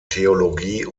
theologie